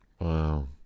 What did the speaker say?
Wow